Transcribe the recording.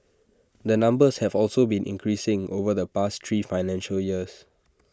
the numbers have also been increasing over the past three financial years